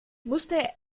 musste